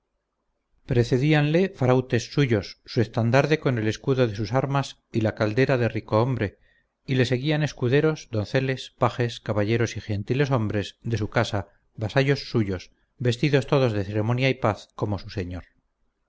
arreo precedíanle farautes suyos su estandarte con el escudo de sus armas y la caldera de ricohome y le seguían escuderos donceles pajes caballeros y gentileshomes de su casa vasallos suyos vestidos todos de ceremonia y paz como su señor